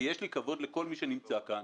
ויש לי כבוד לכל מי שנמצא כאן,